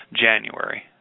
January